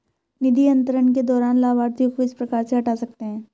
निधि अंतरण के दौरान लाभार्थी को किस प्रकार से हटा सकते हैं?